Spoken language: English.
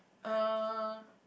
uh